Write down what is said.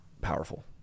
powerful